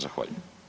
Zahvaljujem.